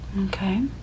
Okay